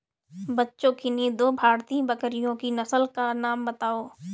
बच्चों किन्ही दो भारतीय बकरियों की नस्ल का नाम बताओ?